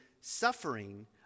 suffering